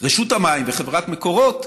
רשות המים וחברת מקורות,